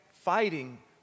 fighting